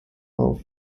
auf